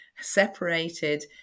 separated